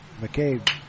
McCabe